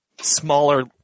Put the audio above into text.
smaller